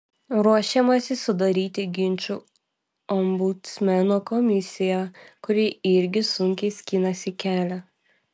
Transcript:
ruošiamasi sudaryti ginčų ombudsmeno komisiją kuri irgi sunkiai skinasi kelią